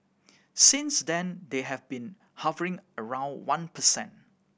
since then they have been hovering around one per cent